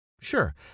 Sure